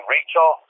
Rachel